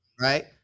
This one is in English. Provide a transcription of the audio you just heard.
right